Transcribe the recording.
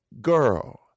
girl